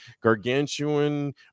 gargantuan